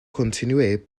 continuez